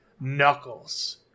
Knuckles